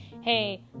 Hey